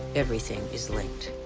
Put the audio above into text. everything is linked.